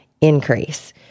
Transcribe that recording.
increase